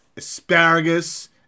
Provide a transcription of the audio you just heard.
Asparagus